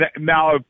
now